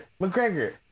McGregor